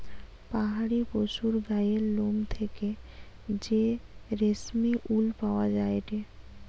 পাহাড়ি পশুর গায়ের লোম থেকে যে রেশমি উল পাওয়া যায়টে